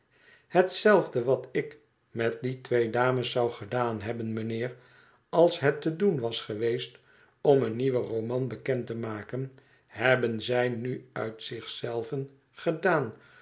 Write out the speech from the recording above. hetzelfde wat ik met die twee dames zou gedaan hebben mij uheer als het te doen was geweest om een nieuwen roman bekend te maken hebben zij nu uit zich zelven gedaan